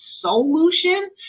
solution